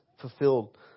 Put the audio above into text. fulfilled